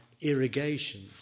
irrigation